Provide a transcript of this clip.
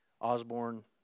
Osborne